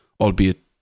albeit